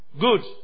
Good